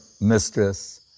mistress